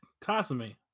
Kasumi